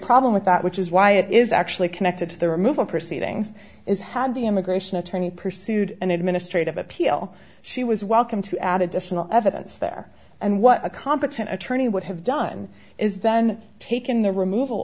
problem with that which is why it is actually connected to the removal proceedings is had the immigration attorney pursued an administrative appeal she was welcome to add additional evidence there and what a competent attorney would have done is then taken the removal